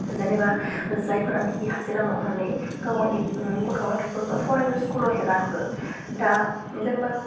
जेनेबा जायफोरानाखि हाजिरा मावनानै गावआनि गथ' गथाइफोरखौ फरायनो स्कुलाव हेगारहरो दा जेनेबा